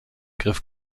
griff